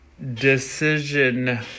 Decision